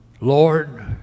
Lord